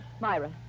Myra